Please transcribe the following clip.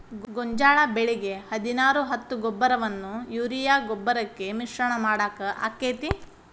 ಗೋಂಜಾಳ ಬೆಳಿಗೆ ಹದಿನಾರು ಹತ್ತು ಗೊಬ್ಬರವನ್ನು ಯೂರಿಯಾ ಗೊಬ್ಬರಕ್ಕೆ ಮಿಶ್ರಣ ಮಾಡಾಕ ಆಕ್ಕೆತಿ?